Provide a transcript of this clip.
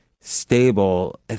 stable